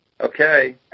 Okay